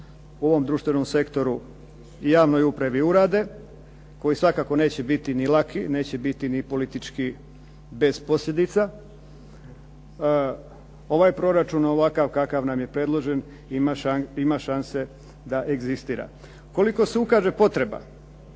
u ovom društvenom sektoru i javnoj upravi urade, koji svakako neće biti laki i neće biti bez političkih posljedica, ovaj proračun ovakav kakav nam je predložen ima šanse da egzistira. Ukoliko se ukaže potreba